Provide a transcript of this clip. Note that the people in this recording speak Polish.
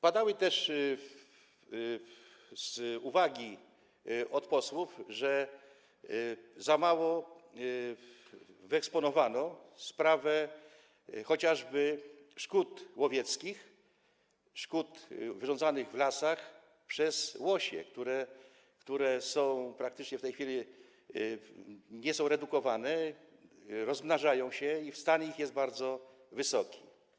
Padały też uwagi posłów, że za mało wyeksponowano sprawę chociażby szkód łowieckich, szkód wyrządzanych w lasach przez łosie, które praktycznie w tej chwili nie są redukowane, a rozmnażają się i ich stan liczebny jest bardzo wysoki.